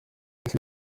ese